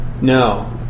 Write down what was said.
No